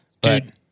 Dude